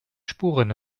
spuren